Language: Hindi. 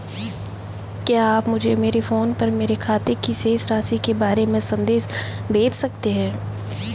क्या आप मुझे मेरे फ़ोन पर मेरे खाते की शेष राशि के बारे में संदेश भेज सकते हैं?